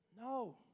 No